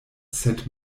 sed